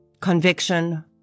conviction